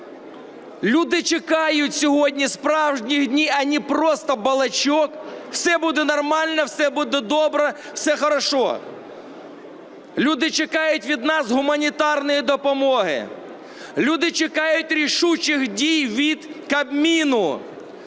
Люди чекають сьогодні справжніх дій, а не просто балачок: все буде нормально, все буде добре, все хорошо. Люди чекають від нас гуманітарної допомоги. Люди чекають рішучих дій від Кабміну